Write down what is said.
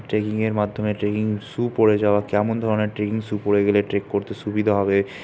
ট্রেকিংয়ের মাধ্যমে trekking shoe পরে যাওয়া কেমন ধরনের ট্রেকিং শু পরে গেলে ট্রেক করতে সুবিধা হবে